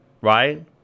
right